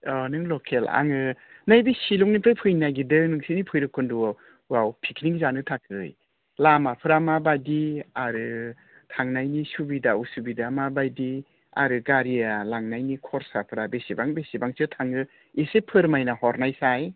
अह नों लकेल आङो नैबे सिलंनिफ्राय फैनो नायगिरदों नोंसिनि बैरबखुन्दआवआव पिकनिक जानो थाखै लामाफ्रा माबायदि आरो थांनायनि सुबिदा असुबिदा मा बायदि आरो गारिया लांनायनि खरसाफ्रा बेसेबां बेसेबांसो थाङो एसे फोरमायना हरनायसाय